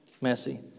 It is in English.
messy